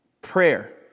prayer